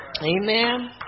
Amen